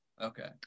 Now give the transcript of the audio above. Okay